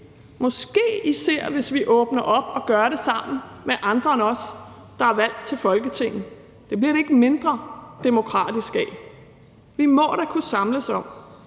måske især hvis vi åbner op og gør det sammen med andre end os, der er valgt til Folketinget. Det bliver det ikke mindre demokratisk af. Vi må da kunne samles om